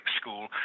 school